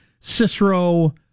Cicero